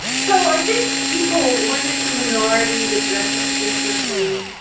so i think people, when it's a minority that dresses differently,